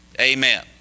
Amen